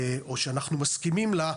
או שאנחנו מסכימים לה,